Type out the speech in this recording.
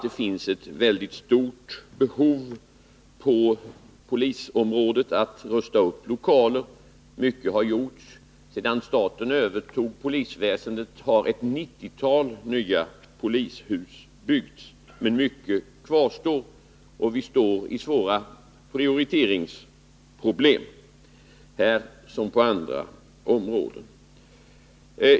Det finns ett mycket stort behov på polisområdet av att rusta upp lokaler. Mycket har gjorts. Sedan staten övertog polisväsendet har ett nittiotal nya polishus byggts, men mycket kvarstår. Vi står inför svåra prioritetsproblem här som på andra områden.